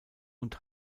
und